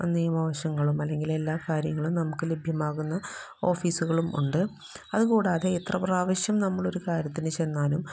നിയമവശങ്ങളും അല്ലെങ്കിലെല്ലാ കാര്യങ്ങളും നമുക്ക് ലഭ്യമാകുന്ന ഓഫീസുകളും ഉണ്ട് അത് കൂടാതെ എത്രപ്രാവശ്യം നമ്മളൊരു കാര്യത്തിന് ചെന്നാലും